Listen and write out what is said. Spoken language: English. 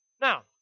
Now